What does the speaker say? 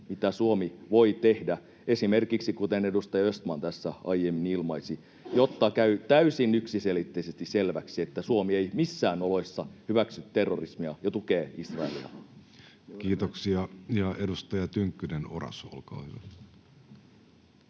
mitä Suomi voi tehdä, kuten esimerkiksi edustaja Östman tässä aiemmin ilmaisi, jotta käy täysin yksiselitteisesti selväksi, että Suomi ei missään oloissa hyväksy terrorismia ja tukee Israelia? [Speech 45] Speaker: Jussi Halla-aho